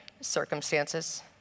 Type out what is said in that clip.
circumstances